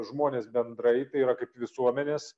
žmonės bendrai tai yra kaip visuomenės